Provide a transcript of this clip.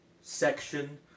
section